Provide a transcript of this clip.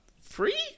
free